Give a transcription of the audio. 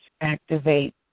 activate